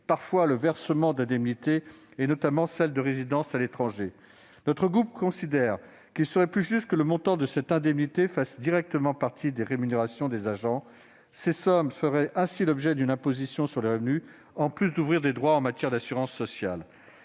parfois le versement d'indemnités, notamment celles de résidence à l'étranger. Notre groupe considère qu'il serait plus juste que le montant de cette indemnité fasse directement partie des rémunérations des agents. Les sommes concernées feraient ainsi l'objet d'une imposition sur le revenu, en plus d'ouvrir des droits en matière d'assurance sociale.